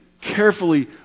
carefully